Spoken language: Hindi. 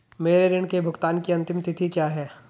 मेरे ऋण के भुगतान की अंतिम तिथि क्या है?